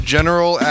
General